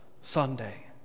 Sunday